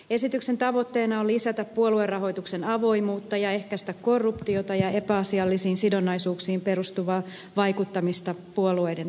esityksen tavoitteena on lisätä puoluerahoituksen avoimuutta ja ehkäistä korruptiota ja epäasiallisiin sidonnaisuuksiin perustuvaa vaikuttamista puolueiden toimintaan